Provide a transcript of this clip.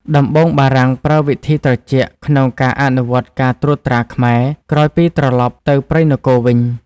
ដំបូងបារាំងប្រើវិធីត្រជាក់ក្នុងការអនុវត្តការត្រួតត្រាខ្មែរ ក្រោយពីត្រឡប់ទៅព្រៃនគរវិញ។